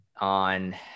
on